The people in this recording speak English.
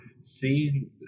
seeing